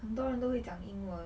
很多人都会讲英文